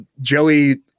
Joey